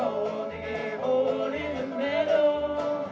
oh oh oh